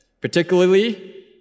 particularly